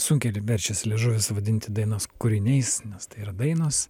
sunkiai verčiasi liežuvis vadinti dainas kūriniais nes tai yra dainos